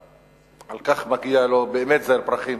על כך מגיע לו באמת זר פרחים.